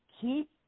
Keep